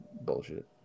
bullshit